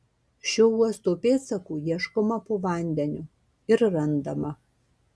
šio uosto pėdsakų ieškoma po vandeniu ir randama